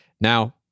Now